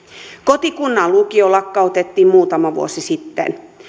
kotikunnan lukio lakkautettiin muutama vuosi sitten